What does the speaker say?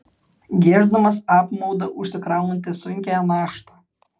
gieždamas apmaudą užsikraunate sunkią naštą